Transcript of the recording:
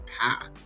path